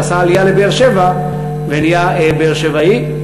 שעשה עלייה לבאר-שבע ונהיה באר-שבעי.